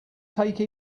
take